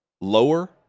lower